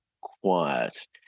quiet